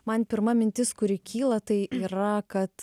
man pirma mintis kuri kyla tai yra kad